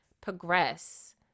progress